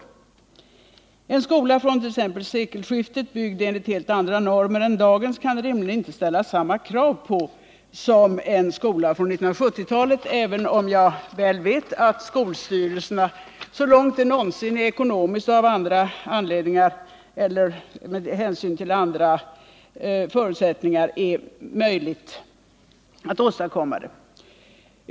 Det kan rimligen inte ställas samma krav på en skola från t.ex. sekelskiftet, byggd enligt helt andra normer än dagens, som på en skola från 1970-talet, även om jag vet att skolstyrelserna försöker uppfylla sådana krav så långt det ekonomiskt och med hänsyn till andra förutsättningar är möjligt.